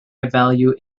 value